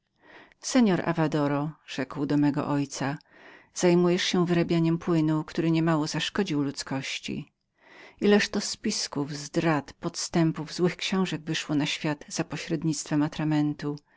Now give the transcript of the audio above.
seor avadaroavadoro rzekł do mego ojca zajmujesz się wyrabianiem płynu który nie mało zaszkodził ludzkości ileż to spisków zdrad podstępów złych książek wyszło na świat za pośrednictwem atramentu